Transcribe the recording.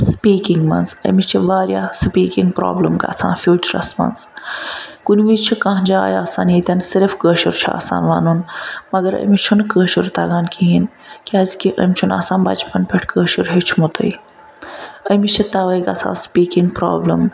speaking مَنٛز امس چھِ واریاہ سپیٖکِنٛگ پرابلَم گَژھان فیوچرَس مَنٛز کُنہ وِز چھِ کانٛہہ جاے آسان ییٚتیٚن صرف کٲشُر چھُ آسان وَنُن مگر امس چھُ نہٕ کٲشُر تَگان کِہیٖنۍ نہٕ کیازکہ یِم چھُ نہٕ آسان بَچپَن پیٚٹھ کٲشُر ہیوٚچھمُتُے امس چھِ تَوَے گَژھان سپیٖکِنٛگ پرابلَم